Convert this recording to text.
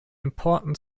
important